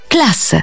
Class